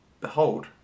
Behold